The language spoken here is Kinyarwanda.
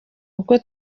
kuko